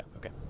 ok